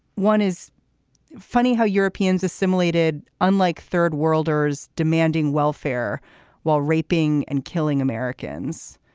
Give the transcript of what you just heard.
one is funny how europeans assimilated unlike third worlders demanding welfare while raping and killing americans.